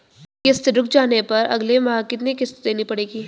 किश्त रुक जाने पर अगले माह कितनी किश्त देनी पड़ेगी?